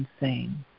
insane